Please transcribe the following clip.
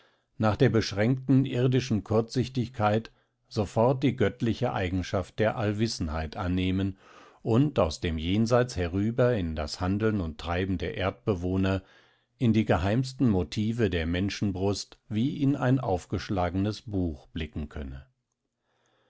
nach der beschränkten irdischen kurzsichtigkeit sofort die göttliche eigenschaft der allwissenheit annehmen und aus dem jenseits herüber in das handeln und treiben der erdbewohner in die geheimsten motive der menschenbrust wie in ein aufgeschlagenes buch blicken könne